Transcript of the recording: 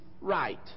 right